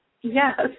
Yes